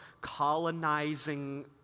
colonizing